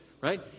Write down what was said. right